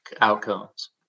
outcomes